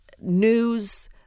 news